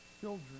children